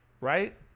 Right